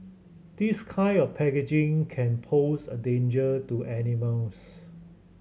this kind of packaging can pose a danger to animals